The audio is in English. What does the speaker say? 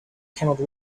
cannot